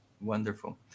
Wonderful